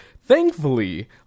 Thankfully